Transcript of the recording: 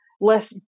less